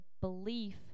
belief